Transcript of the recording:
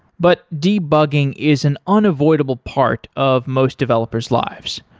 but debugging is an unavoidable part of most developers' lives.